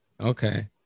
Okay